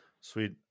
Sweet